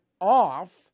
off